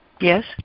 Yes